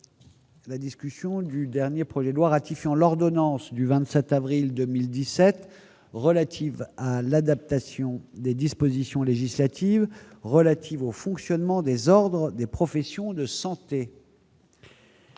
la discussion du dernier projet de loi ratifiant l'ordonnance du 27 avril 2017 relative à l'adaptation des dispositions législatives relatives au fonctionnement des ordres des professions de santé.